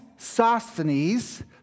Sosthenes